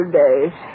days